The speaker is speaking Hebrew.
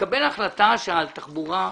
נקבל החלטה שהתחבורה,